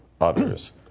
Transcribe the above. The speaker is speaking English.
others